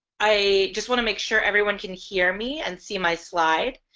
i just want to make sure everyone can hear me and see my slide.